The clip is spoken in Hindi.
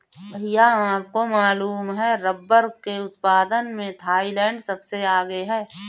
भैया आपको मालूम है रब्बर के उत्पादन में थाईलैंड सबसे आगे हैं